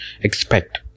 expect